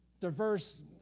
diverse